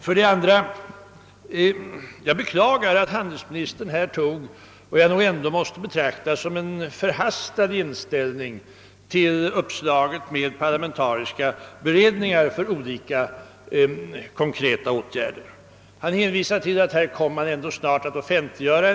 Vidare beklagar jag att handelsministern intog vad jag ändå måste beteckna som en förhastad ståndpunkt till uppslaget om parlamentariska beredningar för olika konkreta områden. Handelsministern hänvisade till att en hel del material ändå snart kommer att offentliggöras.